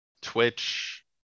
Twitch